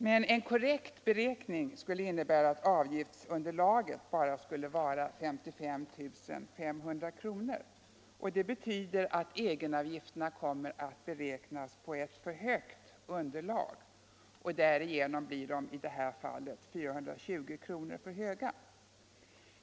Men en korrekt beräkning skulle innebära att avgiftsunderlaget bara skulle vara 55 500 kr. Det betyder att egenavgifterna kommer att beräknas på ett för stort underlag och därigenom bli 420 kr. för höga.